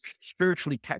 spiritually